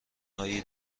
هایی